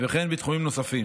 וכן בתחומים נוספים.